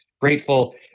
grateful